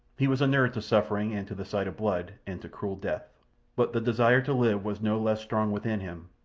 he was inured to suffering and to the sight of blood and to cruel death but the desire to live was no less strong within him,